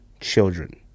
children